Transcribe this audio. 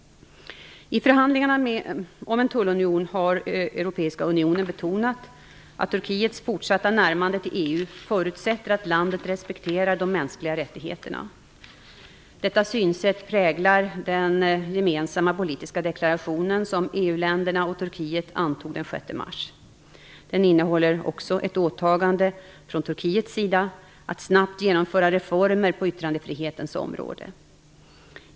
I förhandlingarna om en tullunion har Europeiska unionen betonat att Turkiets fortsatta närmande till EU förutsätter att landet respekterar de mänskliga rättigheterna. Detta synsätt präglar den gemensamma politiska deklaration som EU-länderna och Turkiet antog den 6 mars. Den innehåller också ett åtagande från Turkiets sida att snabbt genomföra reformer på yttrandefrihetens område.